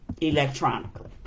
electronically